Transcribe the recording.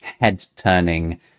head-turning